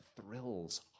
Thrills